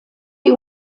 die